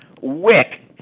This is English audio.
Wick